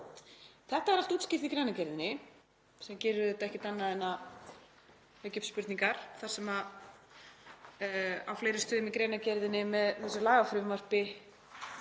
Þetta er allt útskýrt í greinargerðinni sem gerir ekkert annað en að vekja upp spurningar þar sem á fleiri stöðum í greinargerðinni með þessu lagafrumvarpi